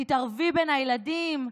תתערבי בין הילדים?